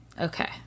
Okay